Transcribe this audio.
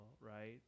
right